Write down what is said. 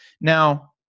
Now